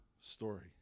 story